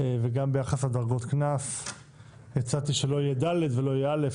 וגם ביחס לדרגות קנס הצעתי שלא יהיה ד' ולא יהיה א'.